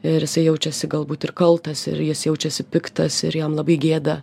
ir jisai jaučiasi galbūt ir kaltas ir jis jaučiasi piktas ir jam labai gėda